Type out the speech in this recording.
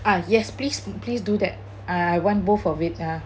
uh yes please please do that I want both of it ah